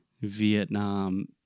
Vietnam